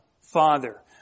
Father